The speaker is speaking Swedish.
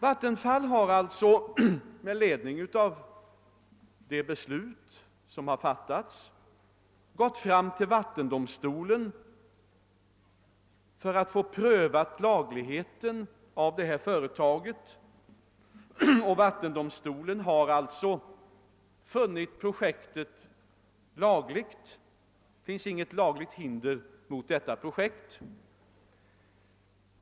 Vattenfall har, med ledning av de beslut som fattats, gått till vattendomstolen för att få lagligheten av detta företag prövad, och vattendomstolen har funnit projektet lagligt. Det finns inget lagligt hinder mot detta projekt.